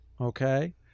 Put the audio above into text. Okay